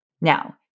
Now